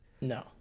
no